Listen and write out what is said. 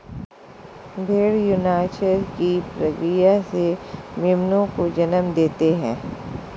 भ़ेड़ यौनाचार की प्रक्रिया से मेमनों को जन्म देते हैं